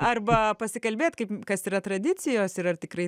arba pasikalbėtikaip kas yra tradicijos ir ar tikrai